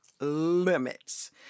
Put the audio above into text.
limits